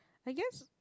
I guess